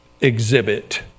exhibit